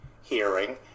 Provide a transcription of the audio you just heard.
hearing